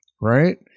Right